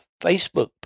Facebook